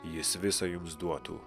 jis visa jums duotų